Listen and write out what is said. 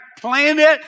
planet